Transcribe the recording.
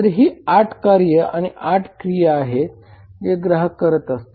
तर ही 8 कार्य किंवा 8 क्रिया आहेत जे ग्राहक करत असतात